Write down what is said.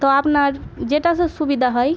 তো আপনার যেটাতে সুবিধা হয়